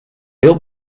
veel